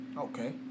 Okay